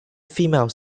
female